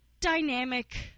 dynamic